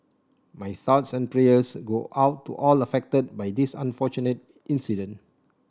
my thoughts and prayers go out to all affected by this unfortunate incident